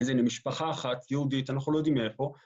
זה ממשפחה אחת יהודית, ‫אנחנו לא יודעים מאיפה.